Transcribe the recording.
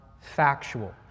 factual